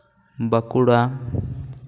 Bankura